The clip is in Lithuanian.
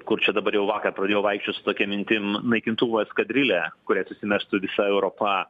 kur čia dabar jau vakar pradėjau vaikščiot su tokia mintim naikintuvų eskadrilę kuriai susimestų visa europa